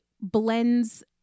blends